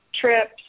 trips